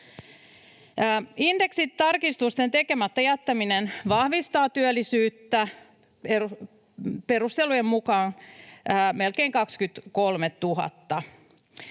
Indeksitarkistusten tekemättä jättäminen vahvistaa työllisyyttä perustelujen mukaan melkein 23 000:lla.